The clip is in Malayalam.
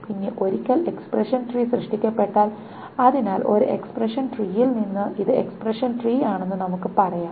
പിന്നെ ഒരിക്കൽ എക്സ്പ്രഷൻ ട്രീ സൃഷ്ടിക്കപ്പെട്ടാൽ അതിനാൽ ഒരു എക്സ്പ്രഷൻ ട്രീയിൽ നിന്ന് ഇത് എക്സ്പ്രഷൻ ട്രീ ആണെന്ന് നമുക്ക് പറയാം